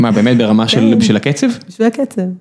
מה באמת, ברמה של הקצב? ‫-בשביל הקצב.